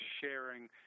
sharing